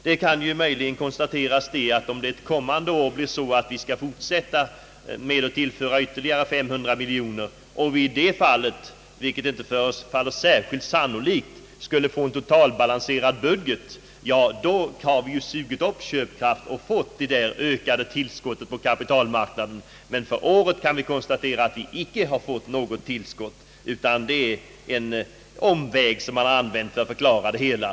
Det kan möjligen konstateras att om det ett kommande år skall tillföras investeringsfonden ytterligare 500 miljoner kronor och om vi då, vilket inte förefaller särskilt sannolikt, skulle få en totalbalanserad budget, har vi ju sugit upp köpkraft och fått ett ökat tillskott på kapitalmarknaden. Men för året kan vi konstatera att vi icke har fått något verkligt tillskott av penningmedel. Det är bara en omväg som man har använt för att förklara det hela.